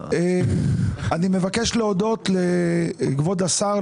אני מבקש להודות לכבוד השר,